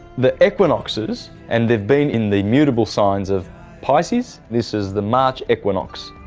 the equinoxes and they have been in the mutable signs of pisces, this is the march equinox.